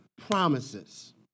promises